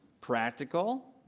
practical